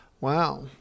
Wow